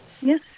Yes